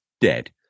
dead